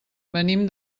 venim